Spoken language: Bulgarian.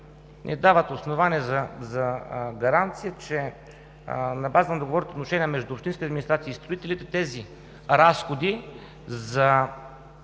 дават основание за гаранция, че на база на договорните отношения между общинските администрации и строителите тези разходи за